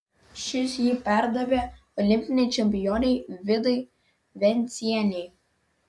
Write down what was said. šis jį perdavė olimpinei čempionei vidai vencienei